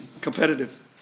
Competitive